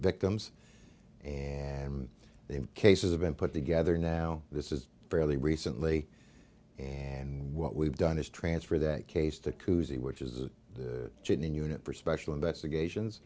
victims and their cases have been put together now this is fairly recently and what we've done is transfer that case to cousy which is a chain unit for special investigations